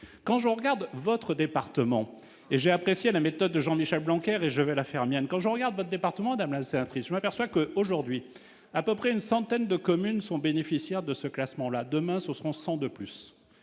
quand je regarde votre département et j'ai apprécié la méthode de Jean-Michel Blanquer avait je vais la faire mienne quand je regarde département d'c'est un frisson aperçoit que aujourd'hui à peu près une centaine de communes sont bénéficiaires de ce classement, la demain, ce seront 100 de plus